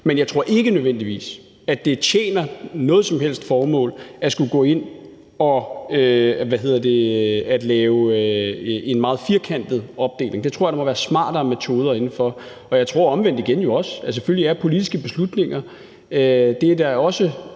Men jeg tror ikke nødvendigvis, at det tjener noget som helst formål at skulle gå ind og lave en meget firkantet opdeling, for jeg tror, der må være smartere metoder inden for det. Omvendt igen tror jeg også, at politiske beslutninger selvfølgelig